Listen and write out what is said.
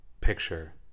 picture